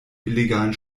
illegalen